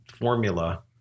formula